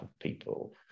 people